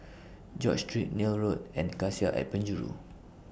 George Street Neil Road and Cassia At Penjuru